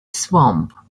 swamp